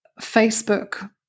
Facebook